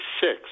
six